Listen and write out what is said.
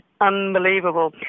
unbelievable